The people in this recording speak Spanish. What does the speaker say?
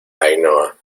ainhoa